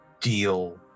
deal